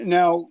now